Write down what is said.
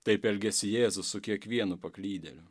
taip elgiasi jėzus su kiekvienu paklydėliu